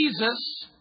Jesus